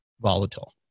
volatile